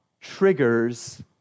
triggers